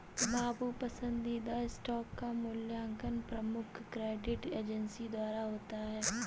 बाबू पसंदीदा स्टॉक का मूल्यांकन प्रमुख क्रेडिट एजेंसी द्वारा होता है